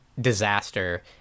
disaster